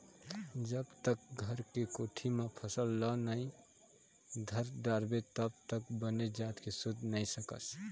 जब तक घर के कोठी म फसल ल नइ धर डारबे तब तक बने जात के सूत नइ सकस